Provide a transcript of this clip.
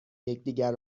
یکدیگر